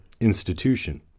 institution